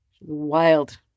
Wild